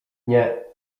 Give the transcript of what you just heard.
nie